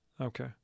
Okay